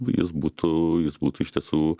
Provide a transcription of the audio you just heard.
jis būtų jis būtų iš tiesų